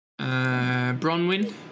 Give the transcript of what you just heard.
Bronwyn